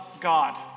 God